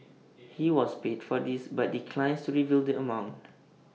he was paid for this but declines to reveal the amount